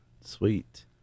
sweet